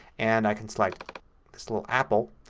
and i can select this little apple.